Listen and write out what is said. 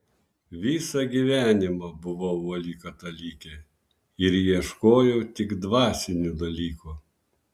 visą gyvenimą buvau uoli katalikė ir ieškojau tik dvasinių dalykų